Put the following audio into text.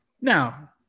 Now